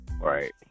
Right